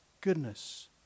goodness